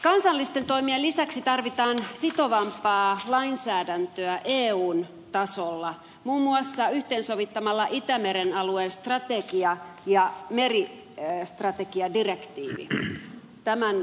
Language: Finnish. kansallisten toimien lisäksi tarvitaan sitovampaa lainsäädäntöä eun tasolla muun muassa yhteensovittamalla itämeren alueen strategia ja meristrategiadirektiivi